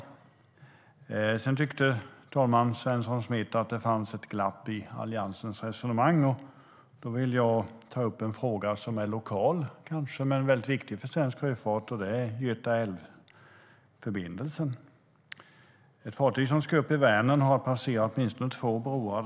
Sedan tyckte Svensson Smith att det fanns ett glapp i Alliansens resonemang, herr talman, och därför vill jag ta upp en fråga som kanske är lokal men väldigt viktig för svensk sjöfart. Det gäller Göta älv-förbindelsen. Ett fartyg som ska upp i Vänern passerar minst två broar.